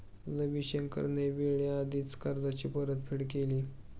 रविशंकरने वेळेआधीच कर्जाची परतफेड केली